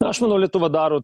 aš manau lietuva daro